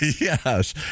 Yes